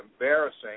embarrassing